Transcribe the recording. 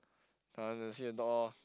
see the door